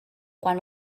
quan